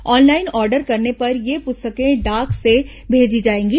online order करने पर ये पुस्तकें डाक से भेजी जाएंगी